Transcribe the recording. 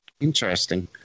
Interesting